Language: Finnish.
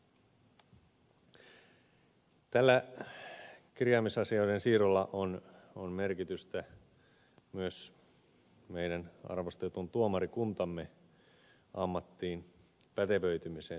tällä kirjaamisasioiden siirrolla on merkitystä myös meidän arvostetun tuomarikuntamme ammattiin pätevöitymiselle tuomioistuinharjoittelun kautta